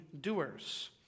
doers